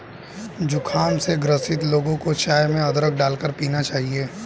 जुखाम से ग्रसित लोगों को चाय में अदरक डालकर पीना चाहिए